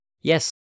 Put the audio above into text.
Yes